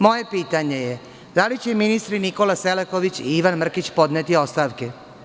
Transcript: Moje pitanje je – da li će ministri Nikola Selaković i Ivan Mrkić podneti ostavke?